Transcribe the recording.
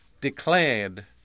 declared